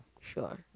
Sure